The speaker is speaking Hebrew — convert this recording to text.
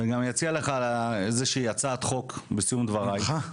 ואני גם אציע לך איזה שהיא הצעת חוק בסיום דבריי.